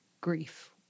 grief